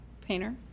Painter